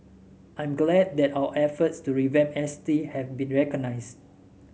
I'm glad that our efforts to revamp S T have been recognised